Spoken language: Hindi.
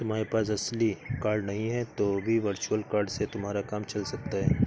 तुम्हारे पास असली कार्ड नहीं है तो भी वर्चुअल कार्ड से तुम्हारा काम चल सकता है